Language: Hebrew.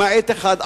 למעט אחד,